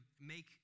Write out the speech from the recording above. make